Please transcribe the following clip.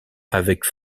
avec